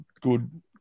good